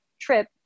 trip